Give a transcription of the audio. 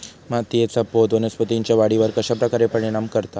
मातीएचा पोत वनस्पतींएच्या वाढीवर कश्या प्रकारे परिणाम करता?